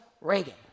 reagan